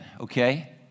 okay